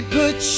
put